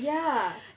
ya